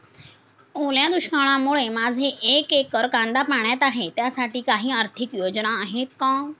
ओल्या दुष्काळामुळे माझे एक एकर कांदा पाण्यात आहे त्यासाठी काही आर्थिक योजना आहेत का?